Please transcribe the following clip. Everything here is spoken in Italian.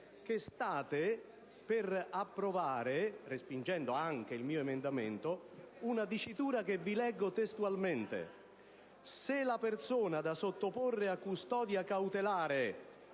sta per approvare, respingendo anche il mio emendamento, una dicitura che vi leggo testualmente: «se la persona da sottoporre a custodia cautelare